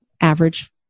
average